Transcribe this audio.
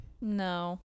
no